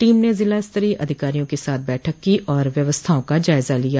team ने जिलास्तरीय अधिकारियों के साथ बैठक की और व्यवस्थाओं का जायजा लिया